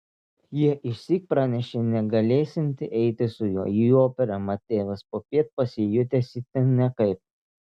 ji išsyk pranešė negalėsianti eiti su juo į operą mat tėvas popiet pasijutęs itin nekaip